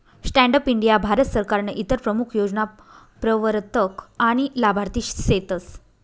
stand up India Bharat सरकारनं इतर प्रमूख योजना प्रवरतक आनी लाभार्थी सेतस